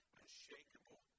unshakable